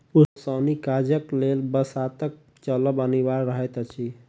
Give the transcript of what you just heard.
ओसौनी काजक लेल बसातक चलब अनिवार्य रहैत अछि